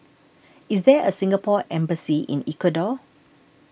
is there a Singapore Embassy in Ecuador